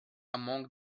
among